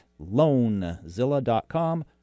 loanzilla.com